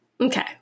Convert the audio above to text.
Okay